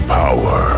power